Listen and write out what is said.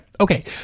okay